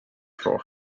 for